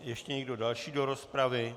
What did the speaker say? Ještě někdo další do rozpravy?